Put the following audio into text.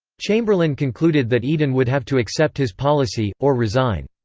chamberlain concluded that eden would have to accept his policy, or resign.